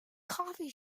coffee